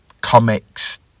comics